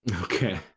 okay